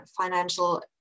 financial